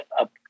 up